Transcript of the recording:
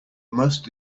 must